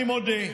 אני מודה,